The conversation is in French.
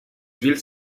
villes